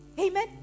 amen